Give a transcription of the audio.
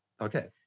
okay